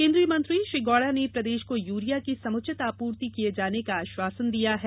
केन्द्रीय मंत्री श्री गौड़ा ने प्रदेश को यूरिया की समुचित आपूर्ति किये जाने का आश्वासन दिया है